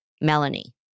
Melanie